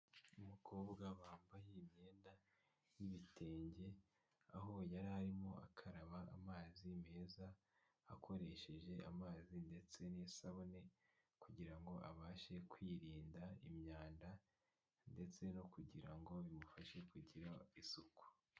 Umukobwa wambaye imyenda y'ibitenge aho yari arimo akaraba amazi meza akoresheje amazi ndetse n'isabune kugira ngo abashe kwirinda imyanda ndetse no kugira ngo bimufashe kugira isuku.